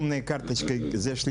ממה שאני